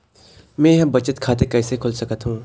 मै ह बचत खाता कइसे खोल सकथों?